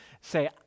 say